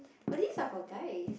but these are for guys